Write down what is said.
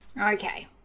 Okay